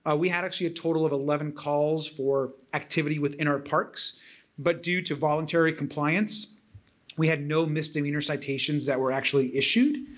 ah we had actually a total of eleven calls for activity within our parks but due to voluntary compliance we had no misdemeanor citations that were actually issued.